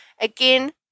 Again